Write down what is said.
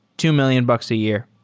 two mil lion bucks a year.